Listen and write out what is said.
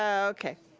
ah okay,